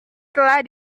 telah